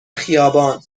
خیابان